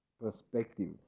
perspective